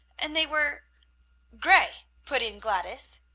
and they were gray! put in gladys.